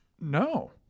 No